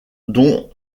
dont